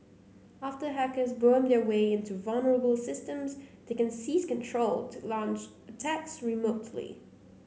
after hackers worm their way into vulnerable systems they can seize control to launch attacks remotely